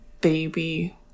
baby